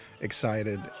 excited